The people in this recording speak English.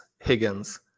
Higgins